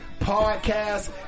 podcast